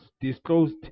disclosed